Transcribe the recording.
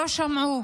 לא שמעו